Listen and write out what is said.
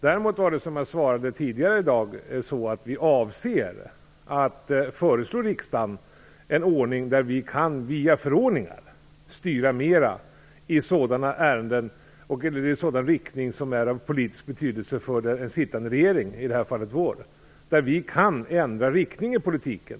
Däremot avser regeringen, som jag svarade tidigare i dag, att föreslå riksdagen en ordning där regeringen via förordningar kan styra mer i sådana ärenden i sådan riktning som är av politisk betydelse för en sittande regering, i det här fallet vår, så att vi kan ändra riktning i politiken.